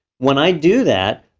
when i do that,